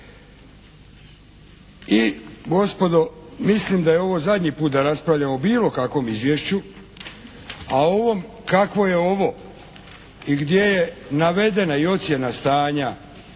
I gospodo, mislim da je ovo zadnji put da raspravljamo o bilo kakvom izvješću. A o ovom, kakvo je ovo i gdje je navedena i ocjena stanja